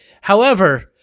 However-